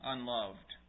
Unloved